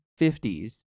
50s